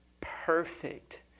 perfect